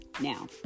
Now